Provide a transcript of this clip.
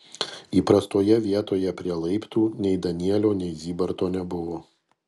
įprastoje vietoje prie laiptų nei danielio nei zybarto nebuvo